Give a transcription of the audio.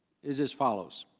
is as follows